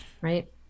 Right